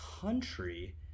country